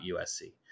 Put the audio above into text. USC